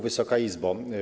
Wysoka Izbo!